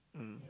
mm